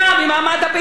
רוני, ממי?